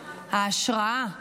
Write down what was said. ההשראה: